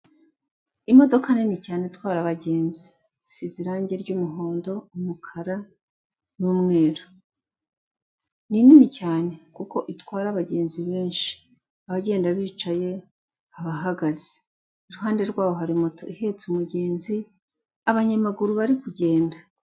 Imodoka nini cyane itwara abagenzi. Isize irangi ry'umuhondo, umukara n'umweru. Ni nini cyane kuko itwara abagenzi benshi : abagenda bicaye, abahagaze. Iruhande rwabo hari moto ihetse umugenzi, abanyamaguru bari kugenda.